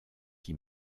qui